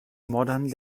modern